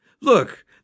Look